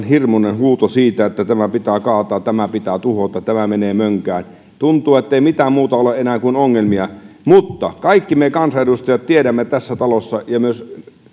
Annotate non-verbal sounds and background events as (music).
(unintelligible) hirmuinen huuto että tämä pitää kaataa tämä pitää tuhota ja tämä menee mönkään tuntuu ettei mitään muuta ole enää kuin ongelmia mutta kaikki me kansanedustajat tässä talossa tiedämme ja myös